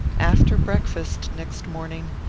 after breakfast next morning,